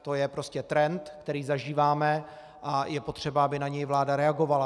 To je prostě trend, který zažíváme, a je potřeba, aby na něj vláda reagovala.